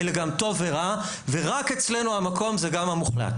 אלא גם טוב ורע ורק אצלנו המקום זה גם המוחלט